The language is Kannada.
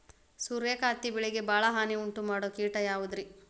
ಸೂರ್ಯಕಾಂತಿ ಬೆಳೆಗೆ ಭಾಳ ಹಾನಿ ಉಂಟು ಮಾಡೋ ಕೇಟ ಯಾವುದ್ರೇ?